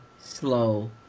slow